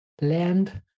Land